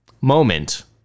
moment